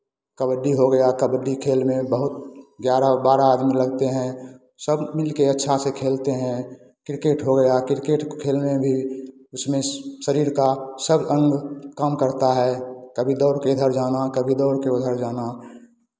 कबड्डी हो गया कबड्डी खेल में बहुत ग्यारह बारह आदमी लगते हैं सब मिल के अच्छा से खेलते हैं क्रिकेट हो गया क्रिकेट को खेलने भी उसमें शरीर का सब अंग काम करता है कभी दौड़ के इधर जाना कभी दौड़ के उधर जाना